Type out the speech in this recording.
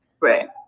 Right